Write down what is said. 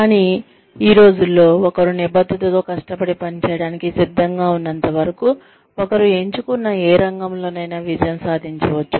కానీ ఈ రోజుల్లో ఒకరు నిబద్ధతతో కష్టపడి పనిచేయడానికి సిద్ధంగా ఉన్నంత వరకు ఒకరు ఎంచుకున్న ఏ రంగంలోనైనా విజయం సాధించవచ్చు